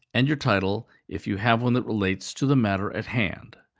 and your title, if you have one that relates to the matter at hand.